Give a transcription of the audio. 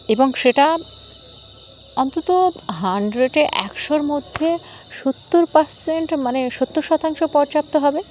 এবং সেটা অন্তত হান্ড্রেডে একশোর মধ্যে সত্তর পার্সেন্ট মানে সত্তর শতাংশ পর্যাপ্ত হবে